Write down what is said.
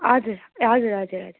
हजुर ए हजुर हजुर हजुर